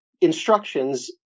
instructions